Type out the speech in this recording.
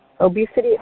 Obesity